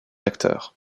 acteurs